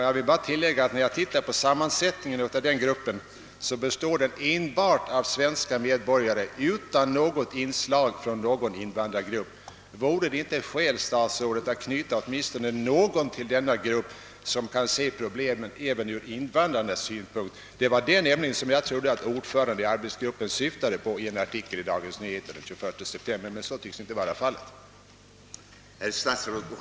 Jag vill tillägga att när jag ser på sammansättningen av denna grupp, finner jag att den består enbart av svenska medborgare utan inslag från någon invandrargrupp. Vore det inte skäl, herr statsråd, att knyta åtminstone nå 5on till denna grupp som kan se problemen även ur invandrarnas synpunkt? Det var nämligen det som jag trodde att ordföranden i arbetsgruppen syftade på i en artikel i Dagens Nyheter den 21 september.